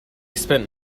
spent